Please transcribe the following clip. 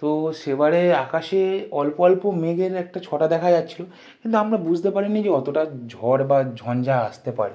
তো সেবারে আকাশে অল্প অল্প মেঘের একটা ছটা দেখা যাচ্ছিলো কিন্তু আমরা বুঝতে পারি নি যে অতোটা ঝড় বা ঝঞ্জা আসতে পারে